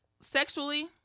sexually